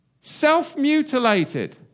Self-mutilated